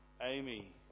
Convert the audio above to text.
Amy